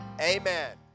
amen